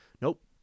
nope